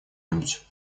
нибудь